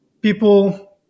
people